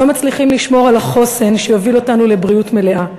לא מצליחים לשמור על החוסן שיוביל אותנו לבריאות מלאה.